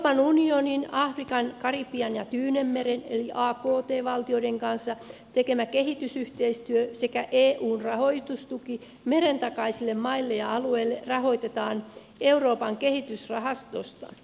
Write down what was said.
euroopan unionin afrikan karibian ja tyynenmeren eli akt valtioiden kanssa tekemä kehitysyhteistyö sekä eun rahoitustuki merentakaisille maille ja alueille rahoitetaan euroopan kehitysrahastosta